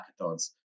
hackathons